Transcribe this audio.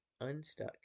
unstuck